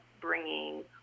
bringing